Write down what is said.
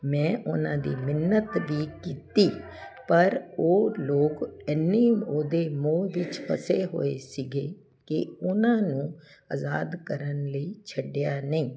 ਮੈਂ ਉਹਨਾਂ ਦੀ ਮਿੰਨਤ ਵੀ ਕੀਤੀ ਪਰ ਉਹ ਲੋਕ ਇੰਨੀ ਉਹਦੇ ਮੋਹ ਵਿੱਚ ਫਸੇ ਹੋਏ ਸੀਗੇ ਕਿ ਉਹਨਾਂ ਨੂੰ ਆਜ਼ਾਦ ਕਰਨ ਲਈ ਛੱਡਿਆ ਨਹੀਂ